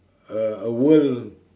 a a world